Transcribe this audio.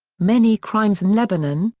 many crimes in lebanon,